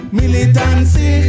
militancy